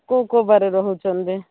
କେଉଁ କେଉଁ ବାରେ ରହୁଛନ୍ତି